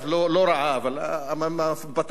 אבל הפטריוטיזם במובן של הפאשיזם,